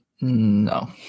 No